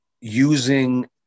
using